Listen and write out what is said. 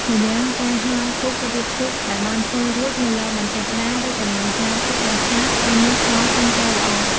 ម្យ៉ាងការហាលធូបរៀបធូបដែលបានធ្វើរួចនៅលើបន្ទះក្តារ ឬកន្លែងហាលធូបដែលស្អាត និងមានខ្យល់ចេញចូលល្អ។